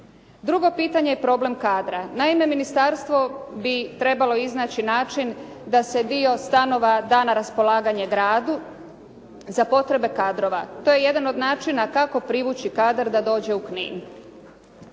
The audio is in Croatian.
Drugo pitanje je problem kadra. Naime, ministarstvo bi trebalo iznaći način da se dio stanova da na raspolaganje gradu za potrebe kadrova. To je jedan od načina kako privući kadar da dođe u Knin.